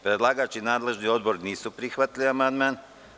Predlagač i nadležni Odbor nisu prihvatili amandman.